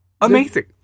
Amazing